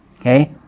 Okay